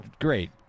great